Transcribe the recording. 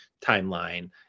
timeline